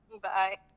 Bye